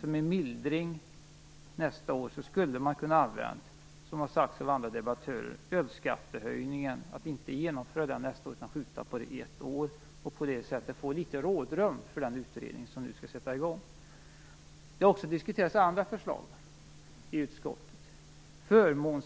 Som en mildring skulle man ha kunnat avstå - som har sagts av andra debattörer - från att genomföra högskattehöjningen nästa år och i stället skjutit på den ett år. På det sättet hade man fått litet rådrum för den utredning som nu skall sätta i gång. Det har också diskuterats andra förslag i utskottet. Varför skall man